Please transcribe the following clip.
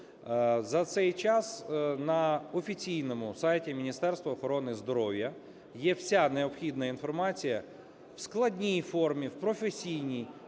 За цей час на офіційному сайті Міністерства охорони здоров'я є вся необхідна інформація в складній формі, в професійній,